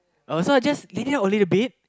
oh so I just leave it out only a bit